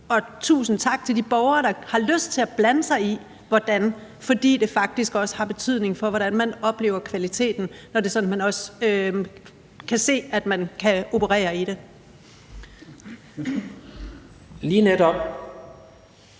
Og tusind tak til de borgere, der har lyst til at blande sig i hvordan, fordi det faktisk også har betydning for, hvordan man oplever kvaliteten, når man kan se, at det også er sådan, man kan operere i det. Kl.